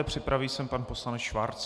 Připraví se pan poslanec Schwarz.